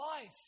life